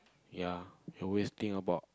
ya you always think about